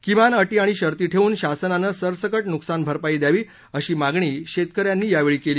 किमान अटी आणि शर्ती ठेवून शासनानं सरसकट नुकसान भरपाई द्यावी अशी मागणी शेतकऱ्यांनी यावेळी केली